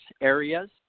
areas